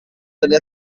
delle